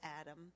Adam